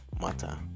matter